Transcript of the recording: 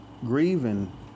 grieving